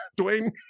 Dwayne